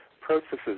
processes